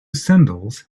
sandals